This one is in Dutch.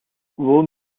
woon